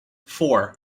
four